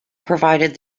provided